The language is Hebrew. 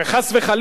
אדוני היושב-ראש,